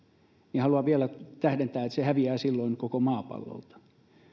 niin haluan vielä tähdentää se häviää silloin koko maapallolta